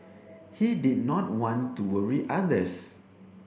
he did not want to worry others